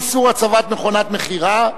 איסור הצבת מכונות מכירה),